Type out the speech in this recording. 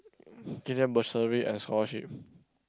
give them them bursary and scholarship